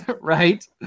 Right